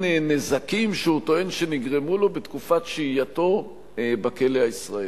נזקים שהוא טוען שנגרמו לו בתקופת שהייתו בכלא הישראלי.